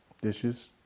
Dishes